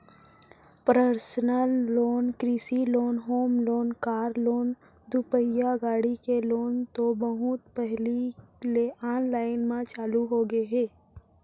personal loan, कृषि loan, home loan, car loan, दुपहिया गाड़ी के लोन तो बहुत पहिली ले आनलाइन म चालू होगे हे